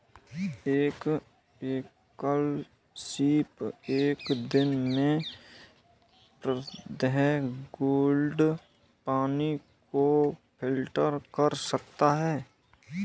एक एकल सीप एक दिन में पन्द्रह गैलन पानी को फिल्टर कर सकता है